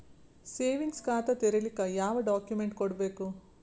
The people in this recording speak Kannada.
ಸೇವಿಂಗ್ಸ್ ಖಾತಾ ತೇರಿಲಿಕ ಯಾವ ಡಾಕ್ಯುಮೆಂಟ್ ಕೊಡಬೇಕು?